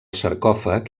sarcòfag